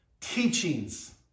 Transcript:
teachings